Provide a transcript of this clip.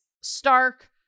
stark